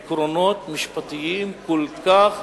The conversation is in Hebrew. עקרונות משפטיים כל כך